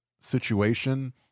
situation